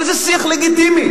אבל זה שיח לגיטימי.